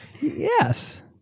yes